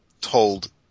told